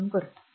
म्हणून करतो